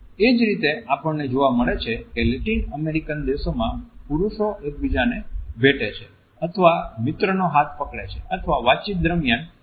એજ રીતે આપણને જોવા મળે છે કે લેટિન અમેરિકન દેશોમાં પુરુષો એકબીજાને ભેટે છે અથવા મિત્રનો હાથ પકડે છે અથવા વાતચીત દરમિયાન મિત્રના ખભા પર હાથ રાખે છે